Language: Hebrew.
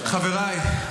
חבריי,